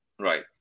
Right